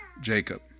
Jacob